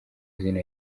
izina